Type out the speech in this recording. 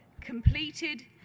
completed